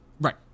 Right